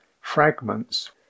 fragments